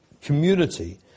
community